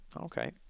Okay